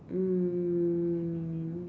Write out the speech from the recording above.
mm